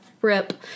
rip